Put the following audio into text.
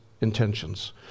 intentions